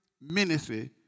ministry